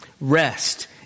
Rest